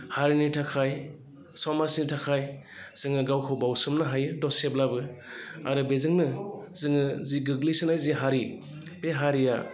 हारिनि थाखाय समाजनि थाखाय जोङो गावखौ बाउसोमनो हायो दसेब्लाबो आरो बेजोंनो जोङो जि गोग्लैसोनाय जि हारि बे हारिया